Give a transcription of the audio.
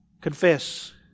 Confess